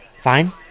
Fine